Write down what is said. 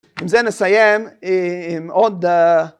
עם זה נסיים עם עוד